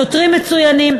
שוטרים מצוינים,